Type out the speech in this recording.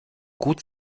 gut